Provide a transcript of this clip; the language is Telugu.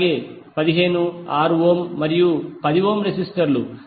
అలాగే 15 6 ఓం మరియు 10 ఓం రెసిస్టర్లు